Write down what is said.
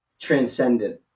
transcendent